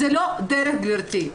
זה לא דרך, גברתי.